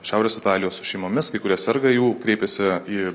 šiaurės italijos su šeimomis kai kurie serga jau kreipėsi į